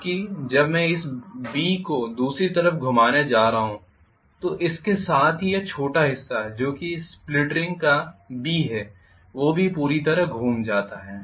जबकि जब मैं इस B को दूसरी तरफ घुमाने जा रहा हूं तो इसके साथ ही यह छोटा हिस्सा जो कि स्प्लिट रिंग का B है वो भी दूसरी तरफ घूम जाता है